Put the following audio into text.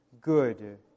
good